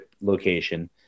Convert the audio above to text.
location